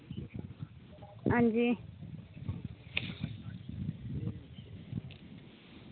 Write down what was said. हां जी